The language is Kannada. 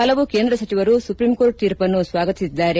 ಹಲವು ಕೇಂದ್ರ ಸಚಿವರು ಸುಪ್ರೀಂ ಕೋರ್ಟ್ ತೀರ್ಪನ್ನು ಸ್ವಾಗತಿಸಿದ್ದಾರೆ